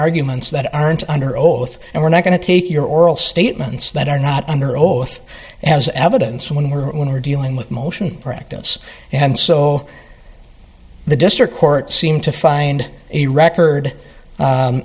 arguments that aren't under oath and we're not going to take your oral statements that are not under oath as evidence when we're when we're dealing with motion practice and so the district court seemed to find a record